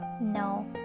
No